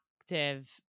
active